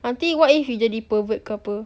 nanti what if you jadi pervert ke apa